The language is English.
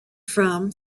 from